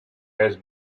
has